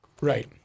Right